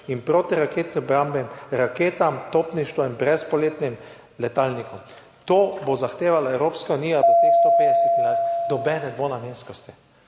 in protiraketni obrambi, raketam, topništvom, brezpilotnim letalnikom. To bo zahtevala Evropska unija od teh 150 milijard, nobene dvonamenskosti.